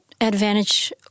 advantage